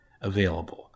available